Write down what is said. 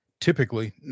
typically